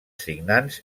signants